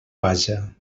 vaja